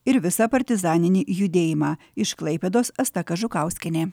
ir visą partizaninį judėjimą iš klaipėdos asta kažukauskienė